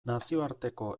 nazioarteko